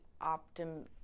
optim